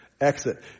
Exit